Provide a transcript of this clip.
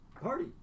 Party